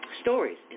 stories